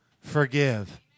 forgive